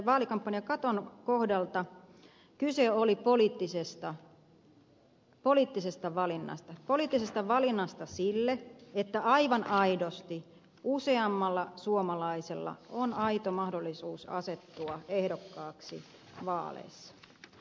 vaalikampanjakaton kohdalla kyse oli poliittisesta valinnasta poliittisesta valinnasta sille että aivan aidosti useammalla suomalaisella on aito mahdollisuus asettua ehdokkaaksi vaaleissa